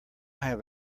have